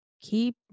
keep